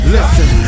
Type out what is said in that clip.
Listen